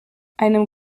einem